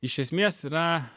iš esmės yra